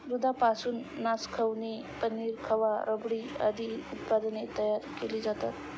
दुधापासून नासकवणी, पनीर, खवा, रबडी आदी उत्पादने तयार केली जातात